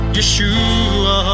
Yeshua